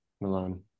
Milan